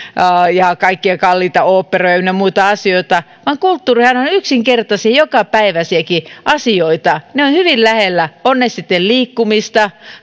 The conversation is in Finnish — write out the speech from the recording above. ja kaikkia kalliita oopperoita ynnä muita asioita vaan kulttuurihan on yksinkertaisia jokapäiväisiäkin asioita ne ovat hyvin lähellä ovat ne sitten liikkumista